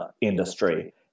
industry